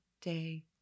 day